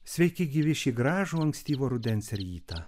sveiki gyvi šį gražų ankstyvo rudens rytą